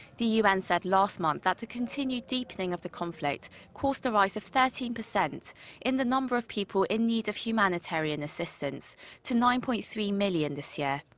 the un said last month that the continued deepening of the conflict caused a rise of thirteen percent in the number of people in need of humanitarian assistance to nine-point-three million this year.